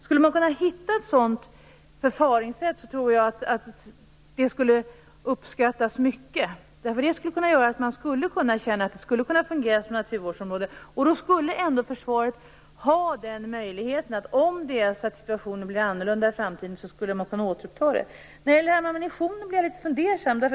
Skulle man kunna hitta ett sådant förfaringssätt tror jag att det skulle uppskattas mycket, eftersom området då skulle kunna fungera som naturvårdsområde. Försvaret skulle ändå ha den möjligheten att om situationen blir annorlunda i framtiden skulle man kunna återuppta verksamheten. Jag blir litet fundersam beträffande ammunitionen.